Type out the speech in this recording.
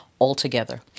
altogether